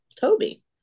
Toby